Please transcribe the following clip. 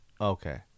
Okay